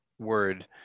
word